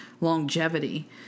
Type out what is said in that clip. longevity